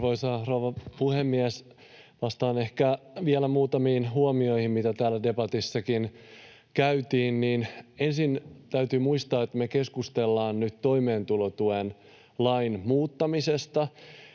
Arvoisa rouva puhemies! Vastaan ehkä vielä muutamiin huomioihin, mitä täällä debatissakin käytiin: Ensin täytyy muistaa, että me keskustellaan nyt toimeentulotuen lain muuttamisesta,